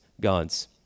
gods